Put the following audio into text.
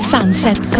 Sunset